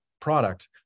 product